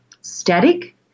static